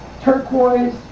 turquoise